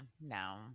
No